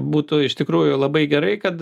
būtų iš tikrųjų labai gerai kad